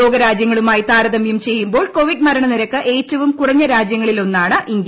ലോക രാജ്യങ്ങളുമായി താരതമ്യം ചെയ്യുമ്പോൾ കോവിഡ് മരണ നിരക്ക് ഏറ്റവും കുറഞ്ഞ രാജ്യങ്ങളിൽ ഒന്നാണ് ഇന്ത്യ